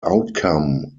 outcome